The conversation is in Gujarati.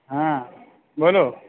હા બોલો